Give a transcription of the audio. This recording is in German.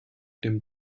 dem